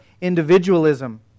individualism